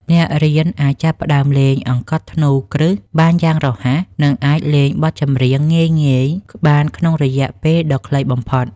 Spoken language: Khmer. អ្នករៀនអាចចាប់ផ្ដើមលេងអង្កត់ធ្នូគ្រឹះបានយ៉ាងរហ័ស និង អាចលេងបទចម្រៀងងាយៗបានក្នុងរយៈពេលដ៏ខ្លីបំផុត។